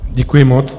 Děkuji moc.